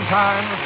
time